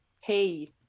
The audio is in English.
Hey